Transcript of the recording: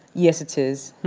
yes, it is.